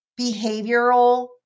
behavioral